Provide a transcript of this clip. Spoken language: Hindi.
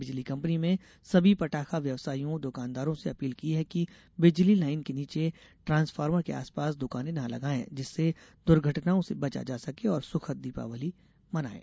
बिजली कम्पनी में सभी पटाखा व्यवसाइयों दुकानदारों से अपील की है कि बिजली लाईन के नीचे ट्रांसफार्मर के आसपास दुकानें न लगायें जिससे दुर्घटनाओं से बचा जा सके और सुखद दीपावली मनायें